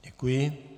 Děkuji.